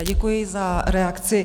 Děkuji za reakci.